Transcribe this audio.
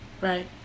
right